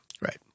Right